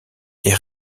est